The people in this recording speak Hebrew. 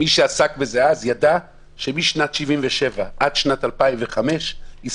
מי שעסק בזה אז ידע שמשנת 1977 עד שנת 2005 הסתמכו